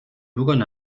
bürgern